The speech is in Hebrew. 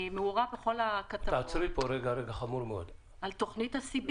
אני מעורה בכל הכתבות על תוכנית הסיבים.